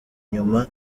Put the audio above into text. inyuma